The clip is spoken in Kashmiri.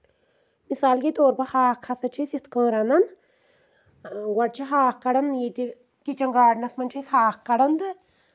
مثال کے طور پر ہاکھ ہسا چھِ أسۍ یِتھ کٔنۍ رَن گۄڈٕ چھِ ہاکھ کَڑان ییٚتہِ کِچن گاڈنس منٛز چھِ أسۍ ہاکھ کَڑان تہٕ